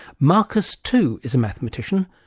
marcus too is a mathematician,